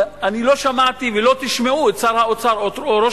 לא שמעתי ולא תשמעו את שר האוצר או את ראש